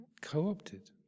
co-opted